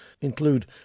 include